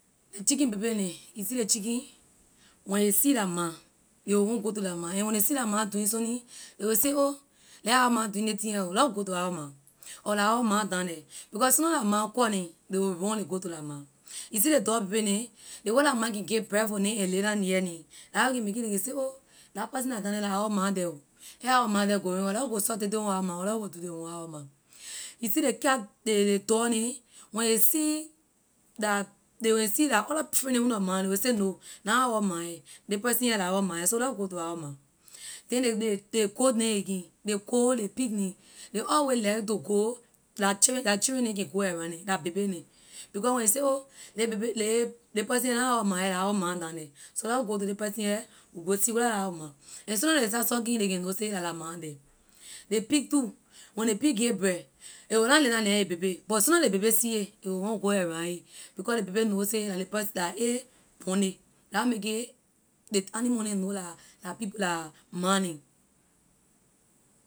Ley chicken baby neh you see ley chicken when ley see la ma ley will want go to la ma and ley see la ma doing sunni ley will say oh leh our ma doing ley thing here ho leh go to our ma or la our ma down the because soona la ma call neh ley will run ley go to la ma. you see ley dog baby neh ley way la ma can give birth with neh and lay down near neh la what can make it ley can say oh la person la down the la our ma the ho leh our ma the going leh go suck taytay on our ma leh go do ley one on our ma you see ley cat ley ley dog neh when ley see la when ley see la other friend neh own nor ma leh will say no na our ma here ley person here la our ma here so leh go to our ma then ley ley ley goat neh again ley goat ley pig neh ley always like to go la chi- la children neh can go around neh la baby neh because when ley say oh ley baby ley person here na our ma here la our ma down the so leh go to ley person here we go see whether la our ma and soona ley start sucking ley can know sayla la my the. ley pig too when ley pig give birth a will na lay down near a baby but soona ley baby see a, a will want go around a because ley baby know say la ley person la a born it la why make it ley animal neh know la people la ma neh.